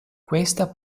questa